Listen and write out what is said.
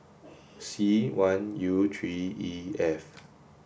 C one U three E F